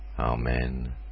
Amen